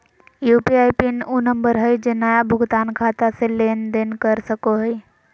UPI PIN उ number हइ जे नया भुगतान खाता से लेन देन कर सको हइ